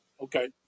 Okay